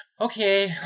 okay